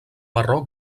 marró